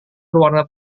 berwarna